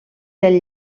del